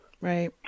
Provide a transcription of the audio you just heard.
Right